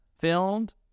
filmed